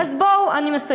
אז בואו, ברשותך, אני מסיימת,